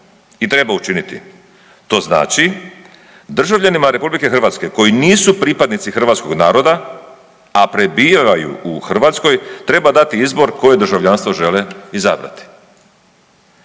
i treba učiniti. To znači, državljanima RH koji nisu pripadnici hrvatskog naroda, a prebivaju u Hrvatskoj, treba dati izbor koje državljanstvo žele izabrati.